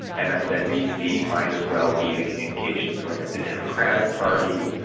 and msnbc might as well be the communications wing of the democratic party.